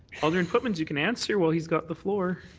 alderman pootmans you can answer while he's got the floor.